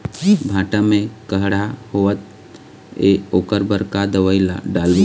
भांटा मे कड़हा होअत हे ओकर बर का दवई ला डालबो?